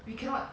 we cannot